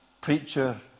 preacher